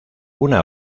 una